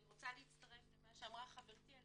אני רוצה להצטרף למה שאמרה חברתי על